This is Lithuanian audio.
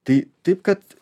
tai taip kad